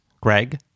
Greg